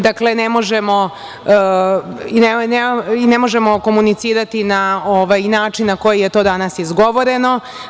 Dakle, ne možemo komunicirati na način na koji je danas izgovoreno.